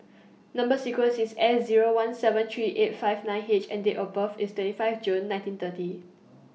Number sequence IS S Zero one seven three eight five nine H and Date of birth IS twenty five June nineteen thirty